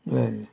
जालें